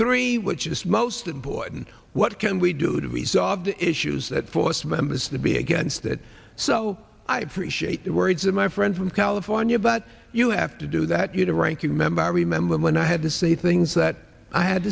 three which is most important what can we do to resolve the issues that force members to be against that so i appreciate the words of my friend from california but you have to do that you're the ranking member i remember when i had to say things that i had